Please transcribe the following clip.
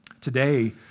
Today